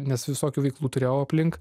nes visokių veiklų turėjau aplink